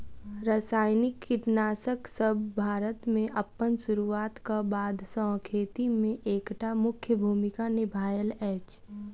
रासायनिक कीटनासकसब भारत मे अप्पन सुरुआत क बाद सँ खेती मे एक टा मुख्य भूमिका निभायल अछि